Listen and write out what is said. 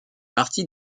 partie